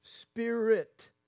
spirit